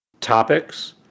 topics